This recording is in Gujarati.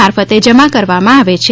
મારફતે જમા કરવામાં આવે છે